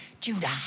Judah